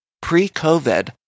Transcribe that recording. pre-COVID